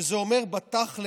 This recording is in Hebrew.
שזה אומר בתכל'ס,